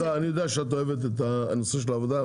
--- אני יודע שאת אוהבת את הנושא הזה של העבודה,